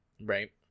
Right